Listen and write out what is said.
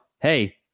hey